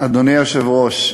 אדוני היושב-ראש,